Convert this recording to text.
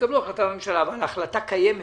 שיקבלו החלטה בממשלה, אבל ההחלטה קיימת